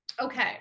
Okay